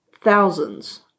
Thousands